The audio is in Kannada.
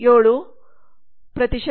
7